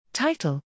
Title